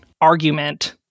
argument